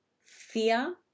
fear